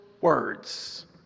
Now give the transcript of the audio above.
words